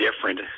different